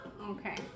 Okay